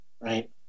right